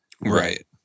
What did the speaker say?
right